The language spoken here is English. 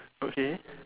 okay